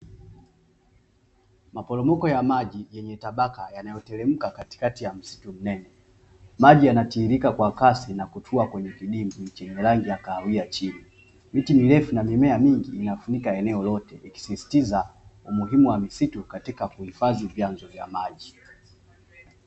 Maporomoko ya maji yenye tabaka yanayoteremka katikati ya msitu mnene, maji yanatiririka kwa kasi na kutua kwenye kidimbwi chenye rangi ya kahawia chini , miti mirefu na mimea mingi inafunika eneo lote ikisisitiza umuhimu wa misitu katika kuhifadhi vyanzo vya maji.